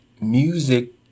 music